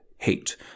hate